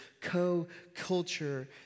co-culture